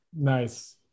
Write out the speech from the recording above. Nice